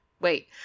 Wait